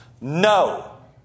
No